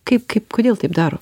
kaip kaip kodėl taip daro